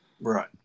Right